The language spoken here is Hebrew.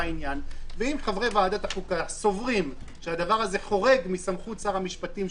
ואם חברי ועדת החוקה סוברים שהדבר הזה חורג מסמכות שר המשפטים,